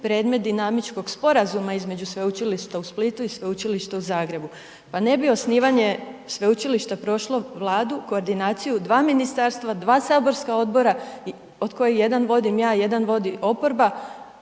predmet dinamičkog sporazuma između Sveučilišta u Splitu i Sveučilišta u Zagrebu. Pa ne bi osnivanje sveučilišta prošlo Vladu, koordinaciju, dva ministarstva, dva saborska odbora od kojih jedan vodim ja i jedan vodi oporba